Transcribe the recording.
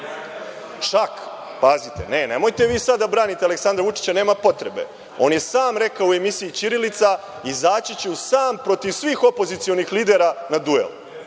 nigde? Pazite, nemojte sada da branite Aleksandra Vučića, nema potrebe. On je sam rekao u emisiji „Ćirilica“ – izaći ću sam protiv svih opozicionih lidera na duel.